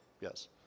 Yes